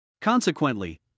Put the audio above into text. Consequently